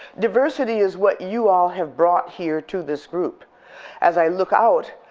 diversity is what you all have brought here to this group as i look out,